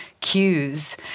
cues